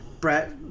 Brett